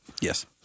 Yes